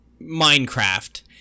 minecraft